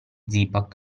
zipak